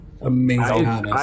amazing